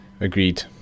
Agreed